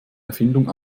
erfindung